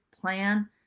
plan